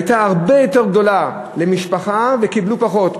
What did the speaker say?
למשפחה הייתה הרבה יותר גדולה וקיבלו פחות,